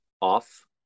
off